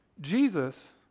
Jesus